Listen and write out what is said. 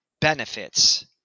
benefits